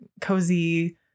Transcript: cozy